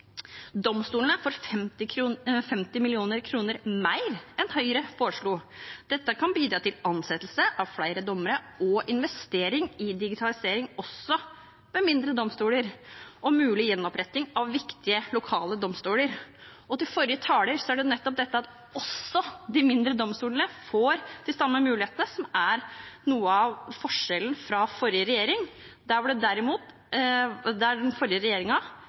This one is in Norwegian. Domstolene får 50 mill. kr mer enn Høyre foreslo. Dette kan bidra til ansettelse av flere dommere og investering i digitalisering også ved mindre domstoler, og en mulig gjenoppretting av viktige lokale domstoler. Og til forrige taler: Det er nettopp dette at også de mindre domstolene får de samme mulighetene som er noe av forskjellen fra forrige regjering.